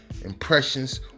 impressions